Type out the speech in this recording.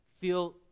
feel